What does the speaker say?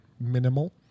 minimal